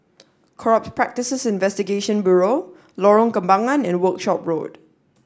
Corrupt Practices Investigation Bureau Lorong Kembangan and Workshop Road